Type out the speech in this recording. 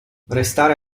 restare